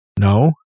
No